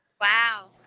Wow